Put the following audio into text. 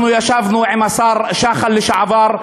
אנחנו ישבנו עם השר לשעבר שחל,